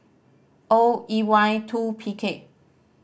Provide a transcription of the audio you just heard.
O E Y two P K